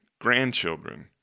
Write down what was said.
grandchildren